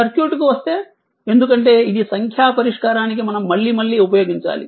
circuit కు వస్తే ఎందుకంటే ఇది సంఖ్యా పరిష్కారానికి మనం మళ్లీ మళ్లీ ఉపయోగించాలి